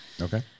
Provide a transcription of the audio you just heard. Okay